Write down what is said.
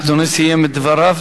אדוני סיים את דבריו?